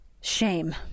shame